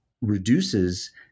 reduces